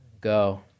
go